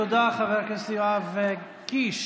תודה, חבר הכנסת יואב קיש.